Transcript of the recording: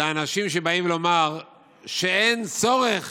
זה אנשים שבאים לומר שאין צורך